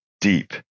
deep